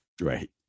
Right